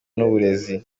n’uburezi